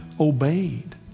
obeyed